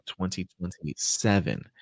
2027